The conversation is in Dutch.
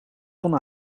kon